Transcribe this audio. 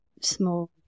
small